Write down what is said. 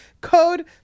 code